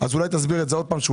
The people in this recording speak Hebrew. אז אולי תסביר את זה שוב.